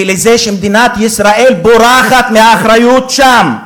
ולזה שמדינת ישראל בורחת מאחריות שם.